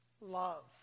love